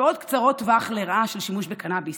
השפעות קצרות טווח לרעה של שימוש בקנביס,